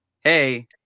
hey